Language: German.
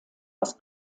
aus